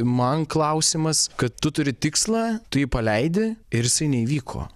man klausimas kad tu turi tikslą tu jį paleidi ir jisai neįvyko